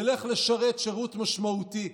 ילך לשרת שירות משמעותי,